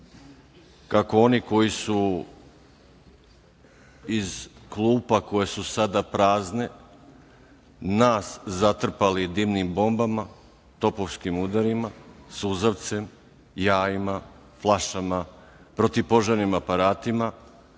kako oni koji su iz klupa koje su sada prazne nas zatrpali dimnim bombama, topovskim udarima, suzavcem, jajima, flašama, protivpožarnim aparatima,